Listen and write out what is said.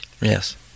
Yes